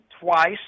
twice